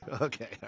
Okay